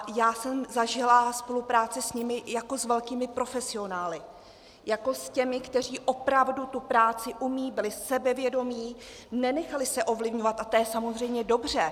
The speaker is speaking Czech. A já jsem zažila spolupráci s nimi jako s velkými profesionály, jako s těmi, kteří opravdu tu práci umějí, byli sebevědomí, nenechali se ovlivňovat a to je samozřejmě dobře.